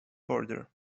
border